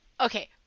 Okay